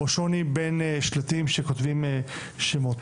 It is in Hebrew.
או שוני בין שלטים שכותבים שמות.